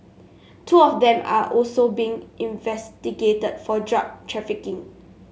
two of them are also being investigated for drug trafficking